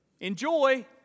Enjoy